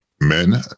Men